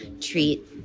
treat